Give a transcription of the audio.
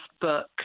book